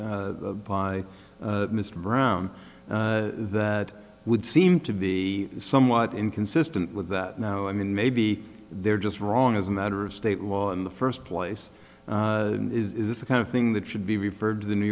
by mr brown that would seem to be somewhat inconsistent with that now i mean maybe they're just wrong as a matter of state law in the first place is this the kind of thing that should be referred to the new